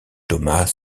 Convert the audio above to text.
thomas